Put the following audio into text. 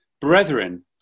brethren